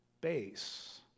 base